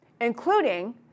including